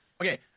Okay